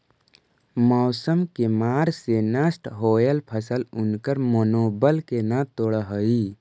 मौसम के मार से नष्ट होयल फसल उनकर मनोबल के न तोड़ हई